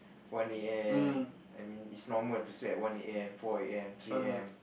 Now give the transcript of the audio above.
one a_m I mean it's normal to sleep at one a_m four a_m three a_m